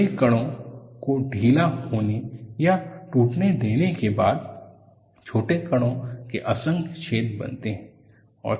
बड़े कणों को ढीला होने या टूटने देने के बाद छोटे कणों के असंख्य छेद बनते हैं